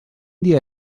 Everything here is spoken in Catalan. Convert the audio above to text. dia